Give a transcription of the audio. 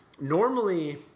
Normally